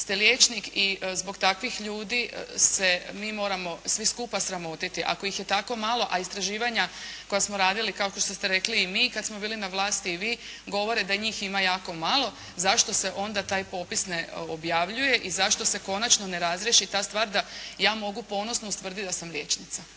ste liječnik i zbog takvih ljudi se mi moramo svi skupa sramotiti, ako ih je tako malo, a istraživanja koja smo radili, kao što ste rekli i mi kad smo bili na vlasti i vi, govore da njih ima jako malo. Zašto se onda taj popis ne objavljuje i zašto se konačno ne razriješi ta stvar da ja mogu ponosno ustvrditi da sam liječnica.